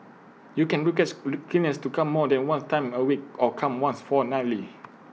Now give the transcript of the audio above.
you can request cleaners to come more than one time A week or come once fortnightly